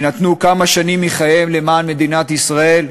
שנתנו כמה שנים מחייהם למען מדינת ישראל?